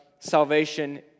salvation